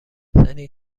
زنی